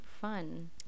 fun